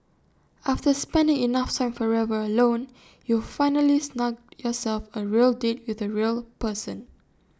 after spending enough time forever alone you've finally snugged yourself A real date with A real person